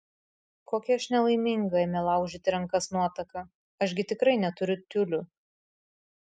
kokia aš nelaiminga ėmė laužyti rankas nuotaka aš gi tikrai neturiu tiulių